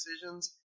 decisions